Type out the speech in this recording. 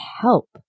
help